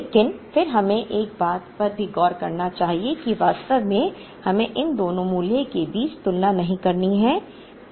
लेकिन फिर हमें एक बात पर भी गौर करना चाहिए कि वास्तव में हमें इन दोनों मूल्यों के बीच तुलना नहीं करनी चाहिए